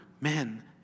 men